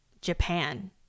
japan